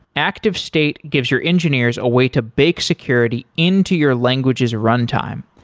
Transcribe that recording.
activestate gives your engineers a way to bake security into your languages' runtime.